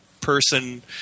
person